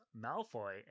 Malfoy